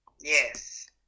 yes